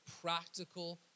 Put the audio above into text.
practical